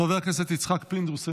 חבר הכנסת יצחק פינדרוס,